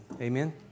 Amen